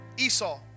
Esau